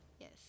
Yes